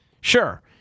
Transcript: Sure